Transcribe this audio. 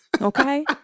Okay